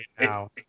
now